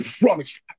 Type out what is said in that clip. promise